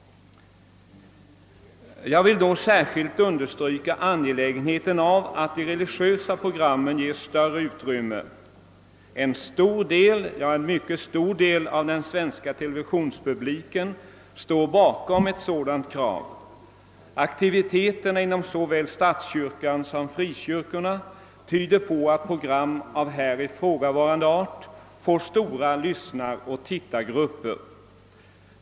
Jag vill då särskilt understryka angelägenheten av att de religiösa programmen ges större utrymme. En mycket stor del av den svenska televisionspubliken står bakom ett sådant krav. Aktiviteterna inom såväl statskyrkan som frikyrkorna tyder på att program av här ifrågavarande art får stora lyssnaroch tittargrupper.